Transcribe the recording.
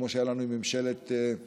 כמו שהיה לנו עם ממשלת רומניה.